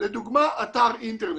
לדוגמה אתר אינטרנט.